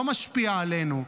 לא משפיע עלינו,